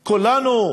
כולנו,